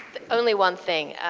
only one thing.